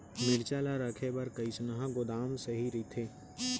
मिरचा ला रखे बर कईसना गोदाम सही रइथे?